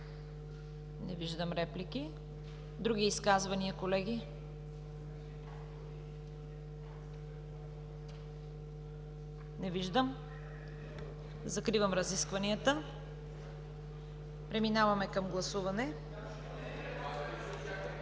Не виждам реплики. Други изказвания, колеги? Не виждам. Закривам разискванията. Преминаваме към гласуване.